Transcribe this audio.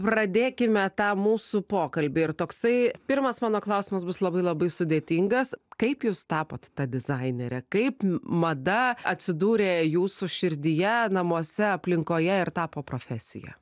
pradėkime tą mūsų pokalbį ir toksai pirmas mano klausimas bus labai labai sudėtingas kaip jūs tapote ta dizainere kaip mada atsidūrė jūsų širdyje namuose aplinkoje ir tapo profesija